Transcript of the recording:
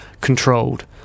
controlled